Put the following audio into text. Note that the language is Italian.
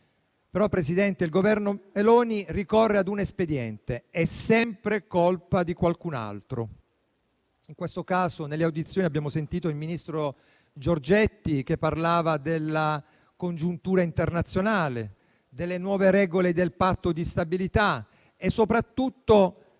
il Governo Meloni ricorre ad un espediente: è sempre colpa di qualcun altro. In questo caso nelle audizioni abbiamo ascoltato il ministro Giorgetti parlare della congiuntura internazionale, delle nuove regole del Patto di stabilità e soprattutto